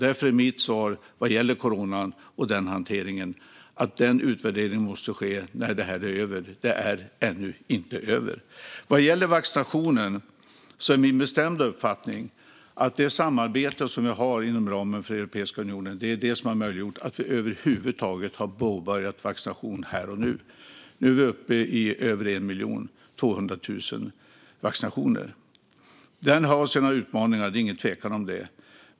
Därför är mitt svar vad gäller corona och hanteringen av corona att utvärderingen måste ske när detta är över. Det är ännu inte över. Vad gäller vaccinationen är min bestämda uppfattning att det samarbete vi har inom ramen för Europeiska unionen är det som har möjliggjort att vi över huvud taget har påbörjat vaccinationen här och nu. Nu är vi uppe i över 1,2 miljoner vaccinationer. Detta har sina utmaningar; det är ingen tvekan om det.